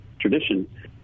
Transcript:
tradition